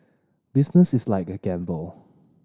business is like a gamble